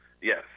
Yes